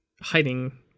hiding